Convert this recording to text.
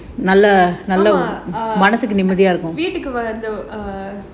ஆமா வீட்டுக்கு வந்து:aamaa veetuku vanthu